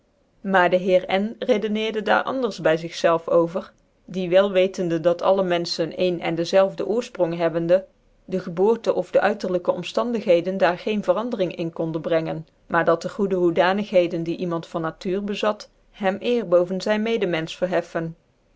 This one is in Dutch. maar dc heer n redeneerde daar anders by zig zclvcnovcr die wel wetende dat alle menfehen een en dezelve oorfpronk hebbende dc geboorte of dc uiterlijke omftandigheden daar geen verandering in konden brenge n j maar dat dc goede hoedanigheden die iemand van natuur bezat hem eer boven zyn evenmeufch verheften